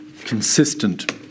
consistent